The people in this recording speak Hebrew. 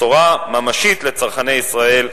בשורה ממשית לצרכני ישראל,